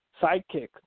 sidekick